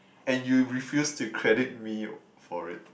and you refuse to credit me for it